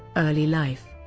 early life